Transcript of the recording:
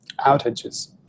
outages